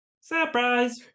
surprise